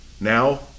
now